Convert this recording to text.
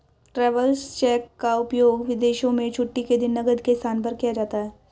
travellers cheque का उपयोग विदेशों में छुट्टी के दिन नकद के स्थान पर किया जाता है